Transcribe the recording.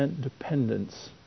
dependence